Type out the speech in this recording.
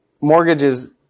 mortgages